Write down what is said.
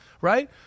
right